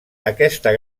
aquesta